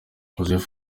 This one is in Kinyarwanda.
joseph